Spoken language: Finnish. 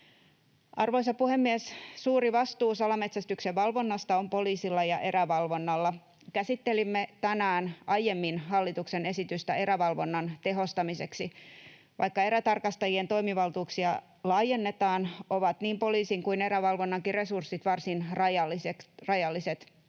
Arvoisa puhemies! Suuri vastuu salametsästyksen valvonnasta on poliisilla ja erävalvonnalla. Käsittelimme tänään aiemmin hallituksen esitystä erävalvonnan tehostamiseksi. Vaikka erätarkastajien toimivaltuuksia laajennetaan, ovat niin poliisin kuin erävalvonnankin resurssit varsin rajalliset,